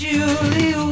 Julie